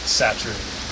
saturated